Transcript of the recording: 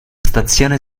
stazione